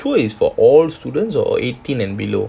eh but you sure is for all students or eighteen and below